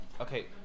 Okay